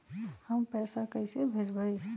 हम पैसा कईसे भेजबई?